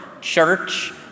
church